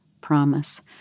promise—